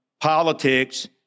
politics